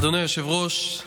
אדוני היושב-ראש,